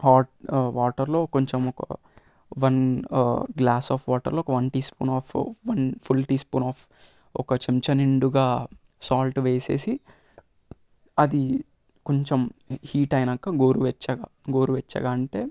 hot వాటర్లో కొంచెం one glass of వాటర్లో ఒక one teaspoon of one full teaspoon of ఒక చెంచా నిండుగా సాల్ట్ వేసేసి అది కొంచెం హీట్ అయ్యాక గోరువెచ్చగా గోరువెచ్చగా అంటే